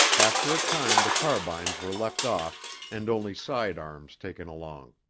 after a time the carbines were left off and only side arms taken along.